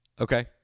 Okay